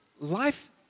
Life